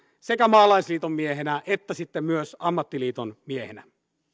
sekä maalaisliiton miehenä että sitten myös ammattiliiton miehenä